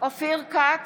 אופיר כץ,